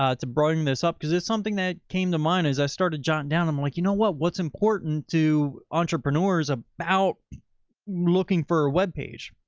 ah to bring this up. cause it's something that came to mind as i started jotting down. i'm like, you know what? what's important to entrepreneurs about looking for a webpage.